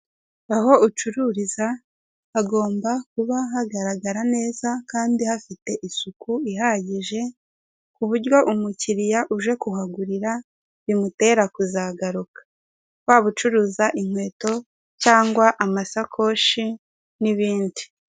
Aho ucururiza hagomba kuba hagaragara neza kandi hafite isuku ihagije, ku buryo umukiriya uje kuhagurira bimutera kuzagaruka, waba ucuruza inkweto cyangwa amasakoshi n'ibindi.